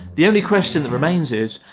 the only question that remains is.